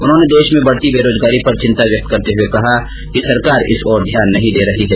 उन्होंने देश में बढती बेरोजगारी पर चिंता व्यक्त करते हुए कहा कि सरकार इस ओर ध्यान नहीं दे रही है